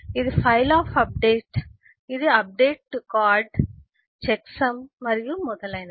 ఇది file of update ఇది update to card checksum మరియు మొదలైనవి